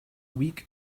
week